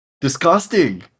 Disgusting